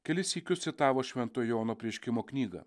kelis sykius citavo švento jono apreiškimo knygą